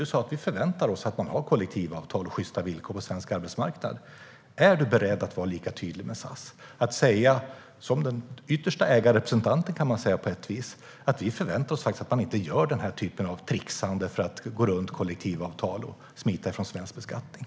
Du sa: Vi förväntar oss att man har kollektivavtal och sjysta villkor på svensk arbetsmarknad. Är du beredd att vara lika tydlig när det gäller SAS? Jag undrar om du som - på ett vis - den yttersta ägarrepresentanten kan säga: Vi förväntar oss faktiskt att man inte gör den här typen av trixande för att gå runt kollektivavtal och smita från svensk beskattning.